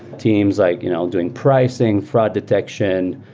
teams like you know doing pricing, fraud detection,